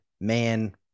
man